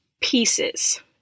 pieces